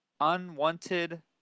unwanted